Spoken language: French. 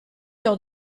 lors